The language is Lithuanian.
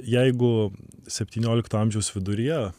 jeigu septyniolikto amžiaus viduryje